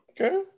Okay